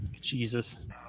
Jesus